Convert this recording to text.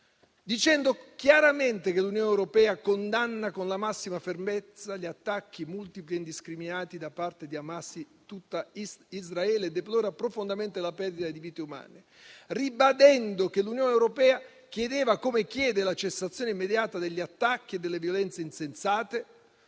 dice chiaramente che l'Unione europea condanna con la massima fermezza gli attacchi multipli e indiscriminati da parte di Hamas e tutta Israele deplora profondamente la perdita di vite umane, ribadendo che l'Unione europea chiedeva, come chiede, la cessazione immediata degli attacchi e delle violenze insensate